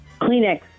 kleenex